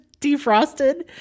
defrosted